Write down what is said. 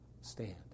stand